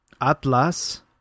Atlas